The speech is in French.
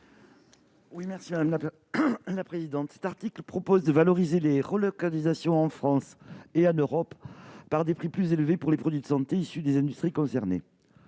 à Mme Émilienne Poumirol. Cet article prévoit de valoriser les relocalisations en France et en Europe par des prix plus élevés pour les produits de santé issus des industries concernées.